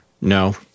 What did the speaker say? no